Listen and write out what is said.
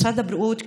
משרד הבריאות,